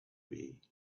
way